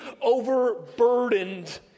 overburdened